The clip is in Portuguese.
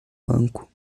banco